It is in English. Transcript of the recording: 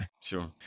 Sure